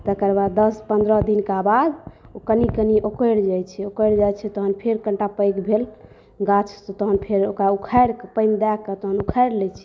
तकर बाद दश पंद्रह दिनका बाद ओ कनि कनि ओकरि जाइ छै ओकरि जाइ छै तहन फेर कनिटा पैघ भेल गाछ तहन फेर ओकरा उखाड़िकऽ पानि दए कऽ फेर उखाड़ि लै छियै